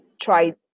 try